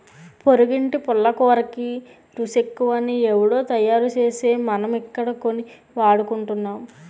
పొరిగింటి పుల్లకూరకి రుసెక్కువని ఎవుడో తయారుసేస్తే మనమిక్కడ కొని వాడుకుంటున్నాం